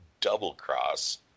double-cross